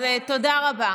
אז תודה רבה.